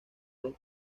los